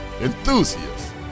enthusiasts